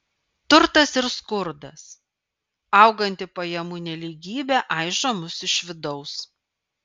turtas ir skurdas auganti pajamų nelygybė aižo mus iš vidaus